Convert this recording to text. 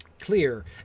clear